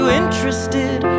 interested